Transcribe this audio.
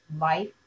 life